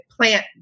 plant